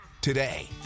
today